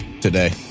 today